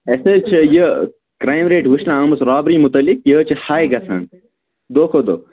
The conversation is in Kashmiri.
اَسہِ حظ چھِ یہِ کرٛایِم ریٹ وُچھنہٕ آمٕژ رابری مُتعلِق یہِ حظ چھِ ہاے گژھان دۄہ کھۄتہٕ دۄہ